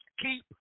keep